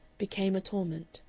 became a torment.